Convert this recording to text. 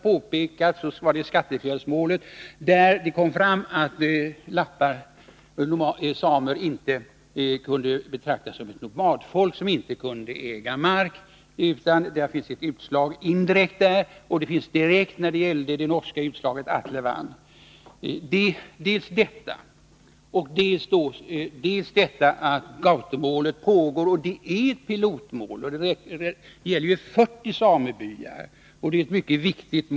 Dels har Skattefjällsmålet avgjorts, och där fastställdes att samerna inte kunde betraktas som ett nomadfolk som inte kan äga mark -— ett indirekt utslag, dels finns det ett direkt utslag i det norska målet om Altevatn. Vidare pågår Gautomålet — det är ett pilotmål, som gäller 40 samebyar och som är mycket viktigt.